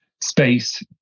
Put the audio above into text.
space